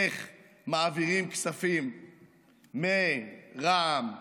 איך מעבירים כספים מרע"מ לחמאס,